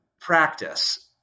practice